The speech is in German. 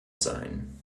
sein